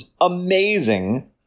amazing